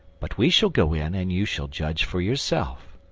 but we shall go in, and you shall judge for yourself.